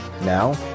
Now